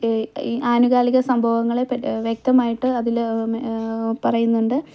ഈ ആനുകാലിക സംഭവങ്ങളെ വ്യക്തമായിട്ട് അതിൽ പറയുന്നുണ്ട്